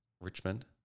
Richmond